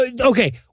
okay